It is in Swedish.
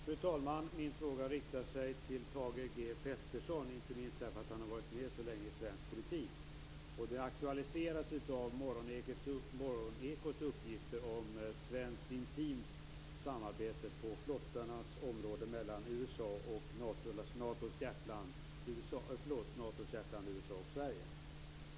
Fru talman! Min fråga riktar sig till Thage G Peterson, inte minst därför att han har varit med så länge i svensk politik. Frågan aktualiseras av Morgonekots uppgifter om svenskt intimt samarbete på flottornas område mellan Natos hjärtland USA och Sverige.